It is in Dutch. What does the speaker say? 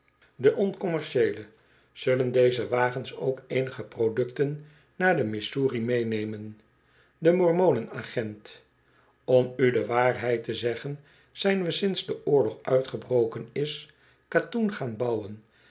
meede oncommercieele zullen ook eenige produkten naar de brengen de mormonen agent om u de waarheid te zeggen zijn we sinds de oorlog uitgebroken is katoen gaan bouwen